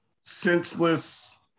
senseless